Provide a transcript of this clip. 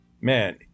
man